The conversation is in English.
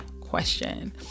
question